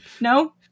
No